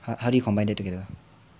how how do you combine them together